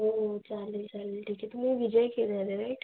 हो चालेल चालेल ठीक आहे तुम्ही विजय केदारे राईट